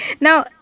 Now